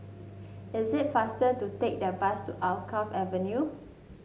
is it faster to take the bus to Alkaff Avenue